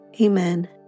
Amen